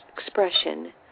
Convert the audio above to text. expression